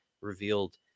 revealed